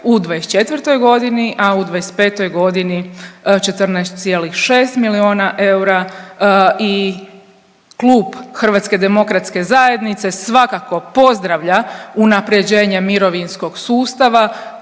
2024. godini, a u 2025. godini 14,6 milijona eura. I klub Hrvatske demokratske zajednice svakako pozdravlja unapređenje mirovinskog sustava